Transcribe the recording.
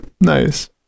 Nice